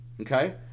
okay